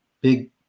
big